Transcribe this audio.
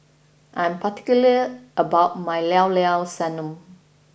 I am particular about my Llao Llao Sanum